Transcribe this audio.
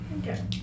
Okay